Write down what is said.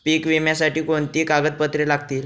पीक विम्यासाठी कोणती कागदपत्रे लागतील?